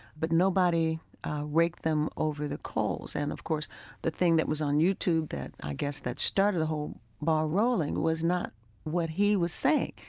but nobody raked them over the coals. and of course the thing that was on youtube that i guess started the whole ball rolling was not what he was saying.